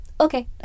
okay